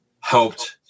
helped